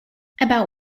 about